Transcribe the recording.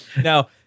Now